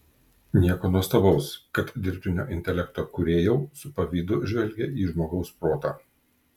nieko nuostabaus kad dirbtinio intelekto kūrėjau su pavydu žvelgią į žmogaus protą